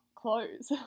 clothes